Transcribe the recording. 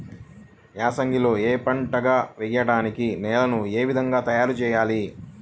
ఏసంగిలో ఏక పంటగ వెయడానికి నేలను ఏ విధముగా తయారుచేయాలి?